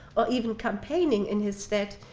or even campaigning in his stead,